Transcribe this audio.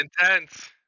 intense